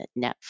Netflix